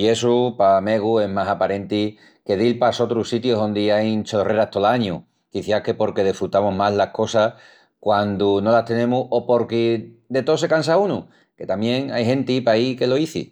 I essu pa megu es más aparenti que dil pa sotrus sitius ondi ain cholreras tol añu, quiciás que porque desfrutamus más las cosas quandu no las tenemus o porque de tó se cansa unu, que tamién ai genti paí que lo izi.